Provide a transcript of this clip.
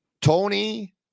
Tony